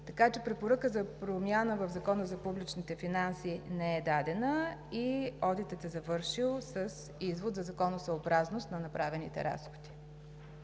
така че препоръка за промяна в Закона за публичните финанси не е дадена и одитът е завършил с извод за законосъобразност на направените разходи.